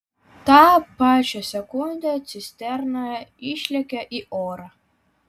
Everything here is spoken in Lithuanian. tą pačią sekundę cisterna išlekia į orą